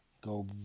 go